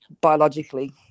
biologically